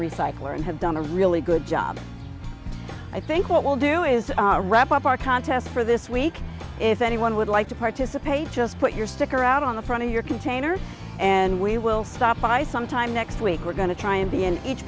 recycler and have done a really good job i think what we'll do is wrap up our contest for this week if anyone would like to participate just put your sticker out on the front of your container and we will stop by sometime next week we're going to try and be in each